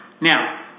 Now